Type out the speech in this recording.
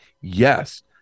yes